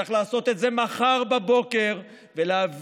צריך לעשות את זה מחר בבוקר ולהביא